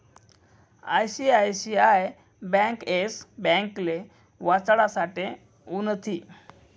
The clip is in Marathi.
आय.सी.आय.सी.आय ब्यांक येस ब्यांकले वाचाडासाठे उनथी